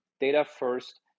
data-first